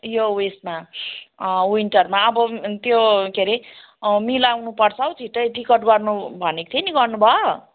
यो ऊ यसमा विन्टरमा अब त्यो के रे मिलाउनुपर्छ हो छिटै टिकट गर्नु भनेको थिएँ नि गर्नुभयो